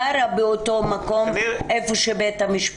לא בהכרח שהיא גרה איפה שבית המשפט.